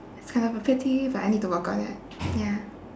it's kind of a pet peeve but I need to work on it ya